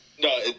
No